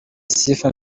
sifa